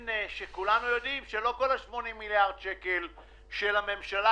כולנו יודעים שלא כל ה-80 מיליארד שקל הם של הממשלה,